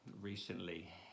recently